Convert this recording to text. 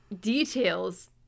details